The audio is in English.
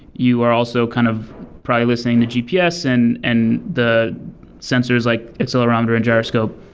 you are also kind of probably listening to gps and and the sensors, like accelerometer and gyroscope.